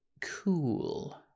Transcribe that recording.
cool